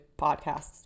podcasts